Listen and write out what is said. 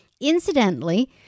Incidentally